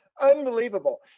unbelievable